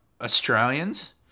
Australians